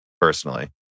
personally